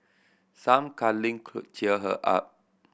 some cuddling could cheer her up